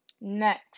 next